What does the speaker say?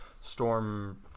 storm